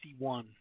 61